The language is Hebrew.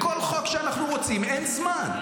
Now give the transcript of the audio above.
לכל חוק שאנחנו רוצים אין זמן.